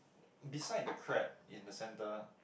inside the crab in the center